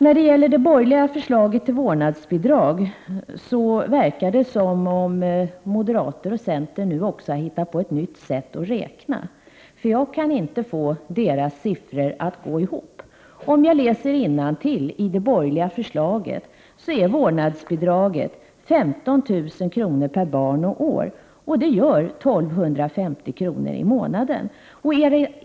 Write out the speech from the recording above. När det gäller det borgerliga förslaget till vårdnadsbidrag verkar det som om moderaterna och centern nu också har hittat på ett nytt sätt att räkna. Jag kan inte få deras siffror att gå ihop. Jag läser innantill i det borgerliga förslaget att vårdnadsbidraget är 15 000 kr. per barn och år. Det gör 1 250 kr. i månaden.